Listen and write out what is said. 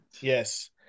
Yes